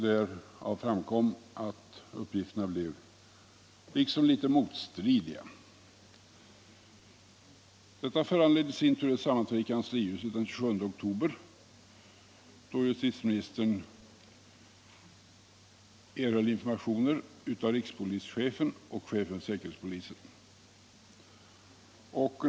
Därav framkom att uppgifterna blev liksom litet motstridiga. Detta föranledde i sin tur ett sammanträde i kanslihuset den 27 oktober, då justitieministern erhöll informationer av rikspolischefen och chefen för säkerhetspolisen.